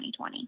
2020